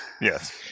Yes